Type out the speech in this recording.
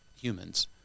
humans